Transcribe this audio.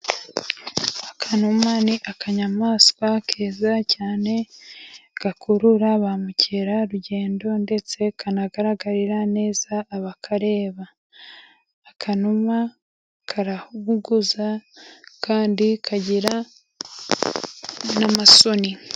Akanuma ni akanyamaswa keza cyane gakurura ba mukerarugendo, ndetse kanagaragarira neza aba. Akanuma karaguguza kandi kagira n'amasoni.